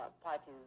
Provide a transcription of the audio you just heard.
parties